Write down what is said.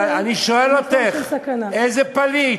תזכור, אני שואל אותך, איזה פליט?